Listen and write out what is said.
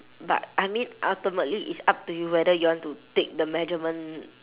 but I mean ultimately it's up to you whether you want to take the measurement